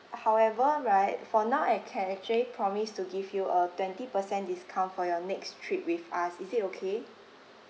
however right for now I can actually promise to give you a twenty percent discount for your next trip with us is it okay